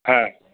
ह